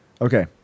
Okay